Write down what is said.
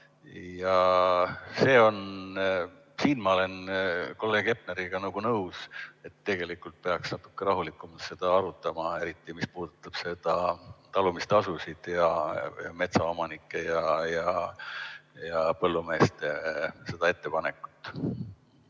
Siin ma olen kolleeg Hepneriga nõus, et tegelikult peaks natuke rahulikumalt seda arutama, eriti mis puudutab talumistasusid ja seda metsaomanike ja põllumeeste ettepanekut.